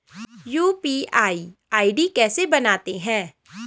UPI ID कैसे बनाते हैं?